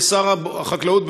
ושר החקלאות,